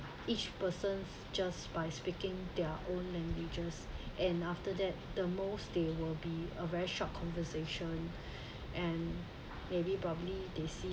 each person just by speaking their own languages and after that the most they will be a very short conversation and maybe probably they see